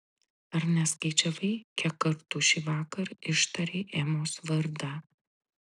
ar neskaičiavai kiek kartų šįvakar ištarei emos vardą